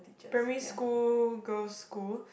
primary school girls' school